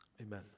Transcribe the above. Amen